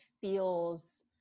feels